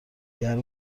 گرم